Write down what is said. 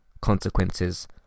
consequences